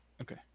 Okay